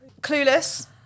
Clueless